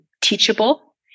teachable